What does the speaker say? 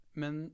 men